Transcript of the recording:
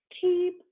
Keep